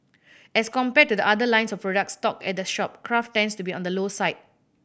as compared to the other lines of products stocked at the shop craft tends to be on the low side